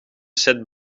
set